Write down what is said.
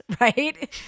right